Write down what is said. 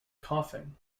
coughing